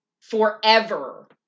forever